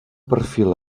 perfil